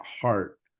heart